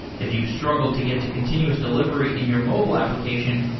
if you've struggled to get to continuous delivery in your mobile application,